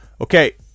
okay